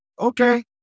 okay